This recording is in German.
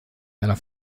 einer